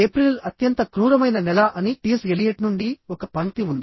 Pril అత్యంత క్రూరమైన నెల అని టిఎస్ ఎలియట్ నుండి ఒక పంక్తి ఉంది